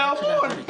בסדר, זה המון.